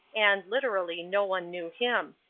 and, literally no one knew him.